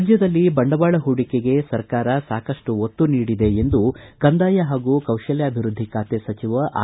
ರಾಜ್ದದಲ್ಲಿ ಬಂಡವಾಳ ಹೂಡಿಕೆಗೆ ಸರ್ಕಾರ ಸಾಕಷ್ಟು ಒತ್ತು ನೀಡಿದೆ ಎಂದು ಕಂದಾಯ ಹಾಗೂ ಕೌಶಲ್ಡಾಭಿವ್ಯದ್ದಿ ಖಾತೆ ಸಚಿವ ಆರ್